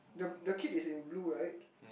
the the kid is in blue right